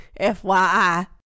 FYI